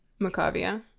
Macavia